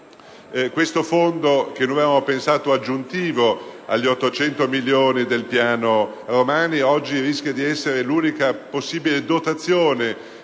questo fondo, che noi avevamo pensato aggiuntivo agli 800 milioni del piano Romani, oggi rischia di essere l'unica possibile dotazione